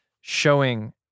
showing